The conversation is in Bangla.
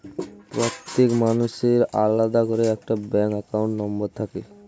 প্রত্যেক মানুষের আলাদা করে একটা ব্যাঙ্ক অ্যাকাউন্ট নম্বর থাকে